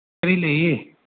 ꯀꯔꯤ ꯂꯩꯌꯦ